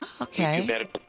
Okay